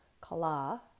Kala